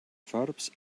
verbs